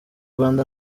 rwanda